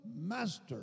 master